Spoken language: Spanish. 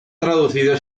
traducido